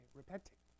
repenting